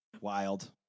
Wild